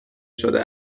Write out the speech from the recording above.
شده